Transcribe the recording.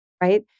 right